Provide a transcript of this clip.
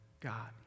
God